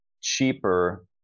cheaper